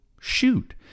shoot